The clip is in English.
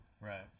Right